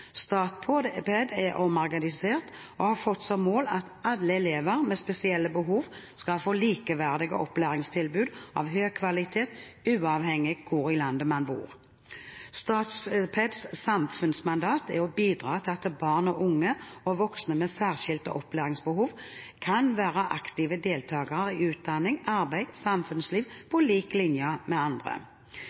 er omorganisert og har fått som mål at alle elever med spesielle behov skal få likeverdige opplæringstilbud av høy kvalitet, uavhengig av hvor i landet man bor. Statpeds samfunnsmandat er «å bidra til at barn, unge og voksne med særskilte opplæringsbehov kan være aktive deltakere i utdanning, arbeid og samfunnsliv på lik linje med andre».